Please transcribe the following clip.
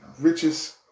richest